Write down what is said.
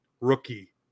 rookie